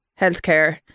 healthcare